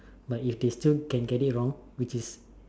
but if they still can get it wrong which is